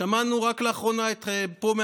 שמענו רק לאחרונה פה,